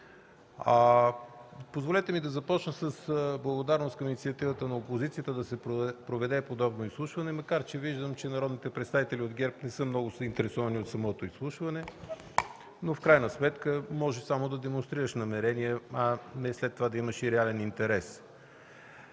Позволете ми да започна с благодарност към инициативата на опозицията да се проведе подобно изслушване, макар да виждам, че народните представители от ГЕРБ не са много заинтересовани от самото изслушване. В крайна сметка можеш само да демонстрираш намерения, а не и след това да имаш реален интерес.